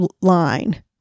Line